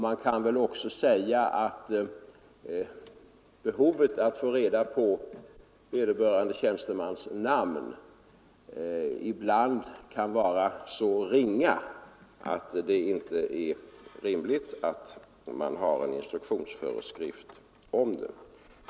Man kan väl också säga att behovet av att få reda på vederbörande tjänstemans namn ibland kan vara så ringa att det inte är rimligt att man har en instruktionsföreskrift om det.